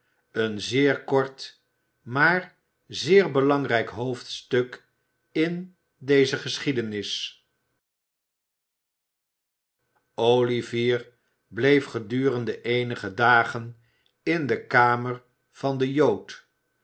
ben zeer kort maar zeer belangrijk hoofdstuk in deze geschiedenis olivier bleef gedurende eenige dagen in de kamer van den jood